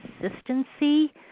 consistency